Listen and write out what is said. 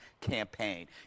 campaign